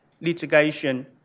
litigation